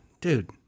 Dude